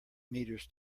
meters